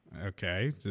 Okay